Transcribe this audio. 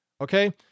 Okay